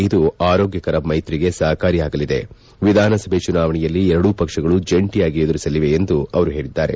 ಇದು ಆರೋಗ್ಟಕರ ಮೈತ್ರಿಗೆ ಸಹಕಾರಿಯಾಗಲಿದೆ ವಿಧಾನಸಭೆ ಚುನಾವಣೆಯನ್ನು ಎರಡೂ ಪಕ್ಷಗಳು ಜಂಟಿಯಾಗಿ ಎದುರಿಸಲಿವೆ ಎಂದು ಅವರು ಹೇಳಿದ್ದಾರೆ